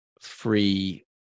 free